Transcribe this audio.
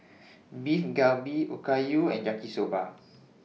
Beef Galbi Okayu and Yaki Soba